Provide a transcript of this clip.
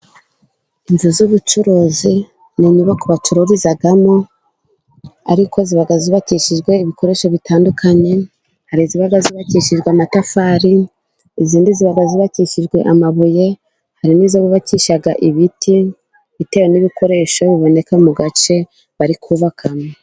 Inzu z'ubucuruzi ni inyubako bacururizamo ariko ziba zubakishijwe ibikoresho bitandukanye. Hari iziba zubakishijwe amatafari, izindi ziba zubakishijwe amabuye, hari n'izo bubakisha ibiti bitewe n'ibikoresho biboneka mu gace bari kubakamo.